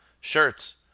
shirts